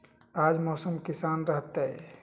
आज मौसम किसान रहतै?